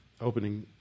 opening